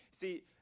See